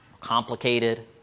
complicated